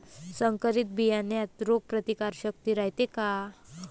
संकरित बियान्यात रोग प्रतिकारशक्ती रायते का?